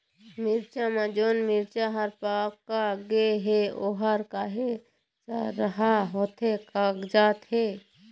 मिरचा म जोन मिरचा हर पाक गे हे ओहर काहे सरहा होथे कागजात हे?